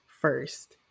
first